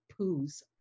poos